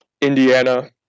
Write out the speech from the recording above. Indiana